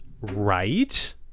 right